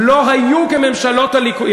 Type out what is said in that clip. לא היו כממשלות, אין להם שידור שיראו אותם.